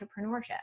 entrepreneurship